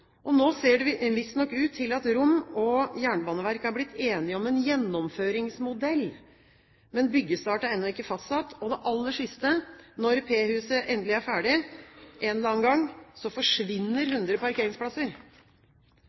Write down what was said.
Nå ser det ut til at Rom og Jernbaneverket visstnok er blitt enige om en gjennomføringsmodell, men byggestart er ennå ikke fastsatt. Og det aller siste: Når P-huset endelig er ferdig en eller annen gang, forsvinner 100 parkeringsplasser!